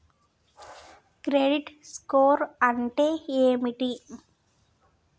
Credit score అంటే ఏమిటి?